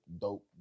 dope